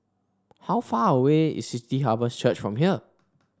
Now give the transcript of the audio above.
How far away is City Harvest Church from here